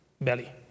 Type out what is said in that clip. belly